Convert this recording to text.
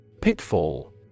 Pitfall